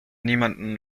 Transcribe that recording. niemanden